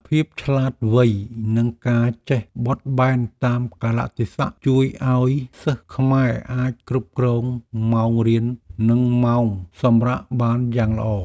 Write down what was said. ភាពឆ្លាតវៃនិងការចេះបត់បែនតាមកាលៈទេសៈជួយឱ្យសិស្សខ្មែរអាចគ្រប់គ្រងម៉ោងរៀននិងម៉ោងសម្រាកបានយ៉ាងល្អ។